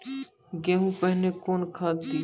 गेहूँ पहने कौन खाद दिए?